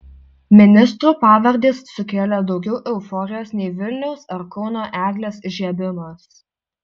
ministrų pavardės sukėlė daugiau euforijos nei vilniaus ar kauno eglės įžiebimas